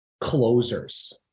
Closers